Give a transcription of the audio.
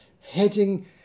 heading